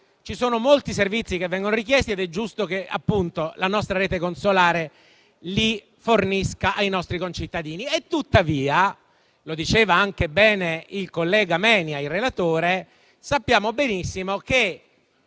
Ci sono molti servizi che vengono richiesti ed è giusto che la nostra rete consolare li fornisca ai nostri concittadini; tuttavia, come giustamente diceva anche il relatore Menia, sappiamo benissimo che